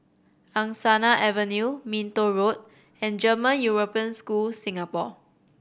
Angsana Avenue Minto Road and German European School Singapore